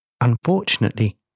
Unfortunately